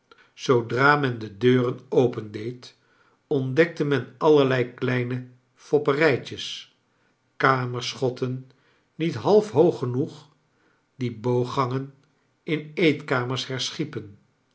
zoodra men de deuren opendeed ontdekte men allerlei kleine fopperijtjes kamersohotten niet half hoog genoeg die booggangen in eetkamers herschiepen